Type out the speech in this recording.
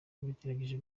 bategereje